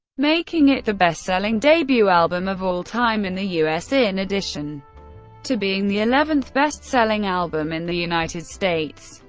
making it the best-selling debut album of all time in the u s, in addition to being the eleventh best-selling album in the united states.